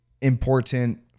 important